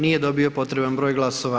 Nije dobio potreban broj glasova.